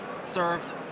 served